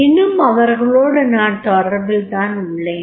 இன்னும் அவர்களோடு நான் தொடர்பில் உள்ளேன்